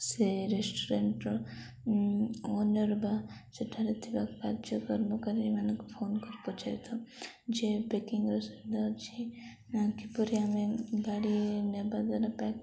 ସେ ରେଷ୍ଟୁରାଣ୍ଟର ଓନର୍ ବା ସେଠାରେ ଥିବା କାର୍ଯ୍ୟ କର୍ମୀ ମାନଙ୍କୁ ଫୋନ କରି ପଚାରିଥାଉ ଯେ ପ୍ୟାକିଙ୍ଗର ସୁବିଧା ଅଛି କିପରି ଆମେ ଗାଡ଼ି ନେବା ଦ୍ୱାରା ପ୍ୟାକ୍